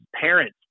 parents